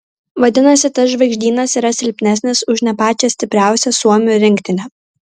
vadinasi tas žvaigždynas yra silpnesnis už ne pačią stipriausią suomių rinktinę